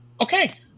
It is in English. Okay